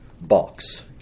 box